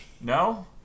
No